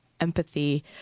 empathy